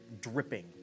dripping